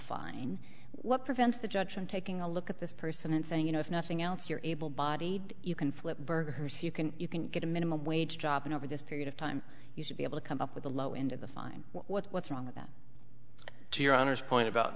fine what prevents the judge from taking a look at this person and saying you know if nothing else you're able bodied you can flip burgers you can you can get a minimum wage job and over this period of time you should be able to come up with the low end of the fine what's wrong with that to your honor's point about